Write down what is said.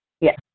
Yes